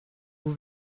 vous